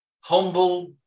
Humble